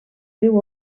riu